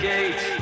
Gate